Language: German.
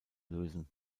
lösen